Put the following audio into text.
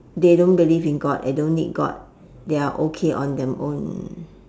they don't believe in god they don't need god they are okay on them own